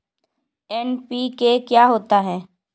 NPK क्या होता है?